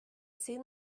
seen